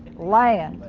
land.